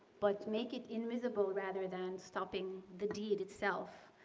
but make it invisible rather than stopping the deed itself.